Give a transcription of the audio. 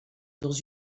dans